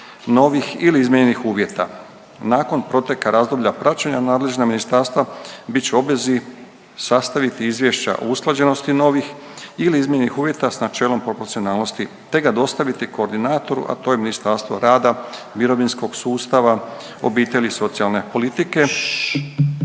novih ili izmijenjenih uvjeta. Nakon proteka razdoblja praćenja nadležna ministarstva bit će u obvezi sastaviti izvješća o usklađenosti novih ili izmijenjenih uvjeta s načelom proporcionalnosti te ga dostaviti koordinatoru, a to je Ministarstvo rada, mirovinskog sustava, obitelji i socijalne politike.